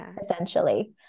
essentially